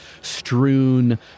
strewn